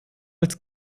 als